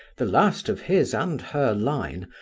the last of his and her line,